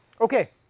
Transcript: Okay